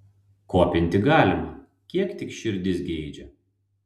kopinti galima kiek tik širdis geidžia